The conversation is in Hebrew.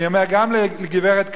אני אומר גם לגברת קדימה,